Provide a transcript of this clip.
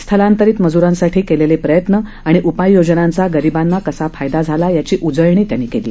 स्थलांतरित मज्रांसाठी केलेले प्रयत्न आणि उपाययोजनांचा गरीबांना कसा फायदा झाला याची उजळणी त्यांनी केली